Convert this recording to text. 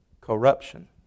Corruption